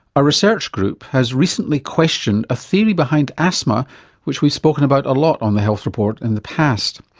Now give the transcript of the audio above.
a research group has recently questioned a theory behind asthma which we've spoken about a lot on the health report in the past.